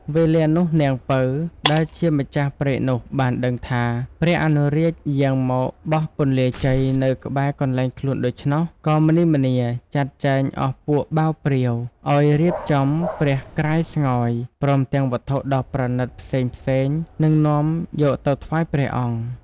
វេលានោះនាង ពៅ ដែលជាម្ចាស់ព្រែកនោះ បានដឹងថា ព្រះអនុរាជយាងមកបោះពន្លាជ័យ នៅក្បែរកន្លែងខ្លួនដូច្នោះ ក៏ម្នីម្នាចាត់ចែងអស់ពួកបាវព្រាវ ឲ្យរៀបចំព្រះក្រាយស្ងោយ ព្រមទាំងវត្ថុដ៏ប្រណីតផ្សេងៗ នឹងនាំយកទៅថ្វាយព្រះអង្គ ។